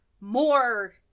more